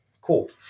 Cool